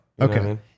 Okay